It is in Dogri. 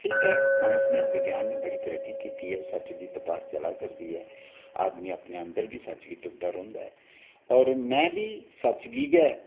ठीक ऐ साईंस ने विज्ञान ने बड्डी तरक्की कीत्ती दी ऐ सच दी तपाश चला करदी ऐ आदमी अपने अंदर बी सच गी तुपदा रौंह्दा ऐ और में बी सच्च गी गै तुप्पना ऐ